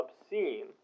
obscene